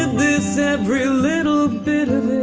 this every little bit of